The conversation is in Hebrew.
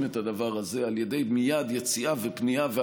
את הדבר הזה על ידי יציאה ופנייה מייד,